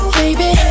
baby